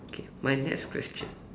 okay my next question